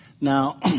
Now